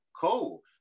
Cool